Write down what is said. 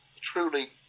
Truly